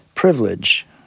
privilege